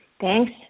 Thanks